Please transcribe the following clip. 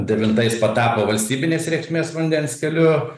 devintais patapo valstybinės reikšmės vandens keliu